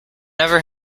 never